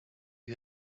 you